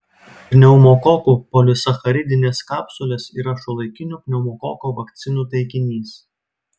pneumokokų polisacharidinės kapsulės yra šiuolaikinių pneumokoko vakcinų taikinys